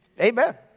Amen